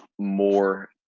more